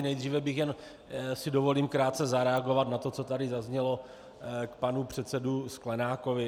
Nejdříve si dovolím krátce zareagovat na to, co tady zaznělo, k panu předsedovi Sklenákovi.